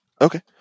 okay